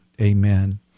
Amen